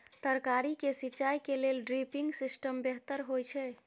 तरकारी के सिंचाई के लेल ड्रिपिंग सिस्टम बेहतर होए छै?